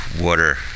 water